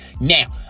Now